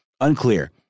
Unclear